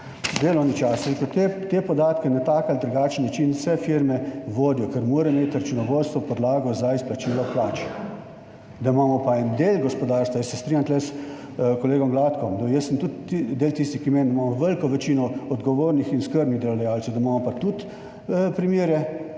te, te podatke na tak ali drugačen način vse firme vodijo, ker mora imeti računovodstvo podlago za izplačilo plač. Da imamo pa en del gospodarstva, jaz se strinjam tu s kolegom Gladkom, da jaz sem tudi del tistih, ki meni, da imamo veliko večino odgovornih in skrbnih delodajalcev, da imamo pa tudi primere,